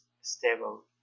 stable